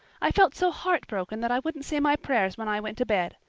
i felt so heartbroken that i wouldn't say my prayers when i went to bed.